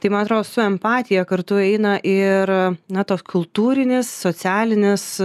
tai man atrodo su empatija kartu eina ir na tos kultūrinės socialinės